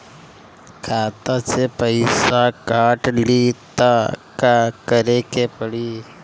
खाता से पैसा काट ली त का करे के पड़ी?